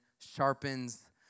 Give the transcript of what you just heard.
sharpens